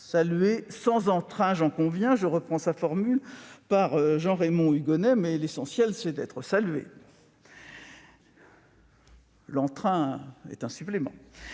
saluée sans entrain, j'en conviens, pour reprendre la formule de Jean-Raymond Hugonet, mais l'essentiel est d'être salué ; l'entrain vient en supplément.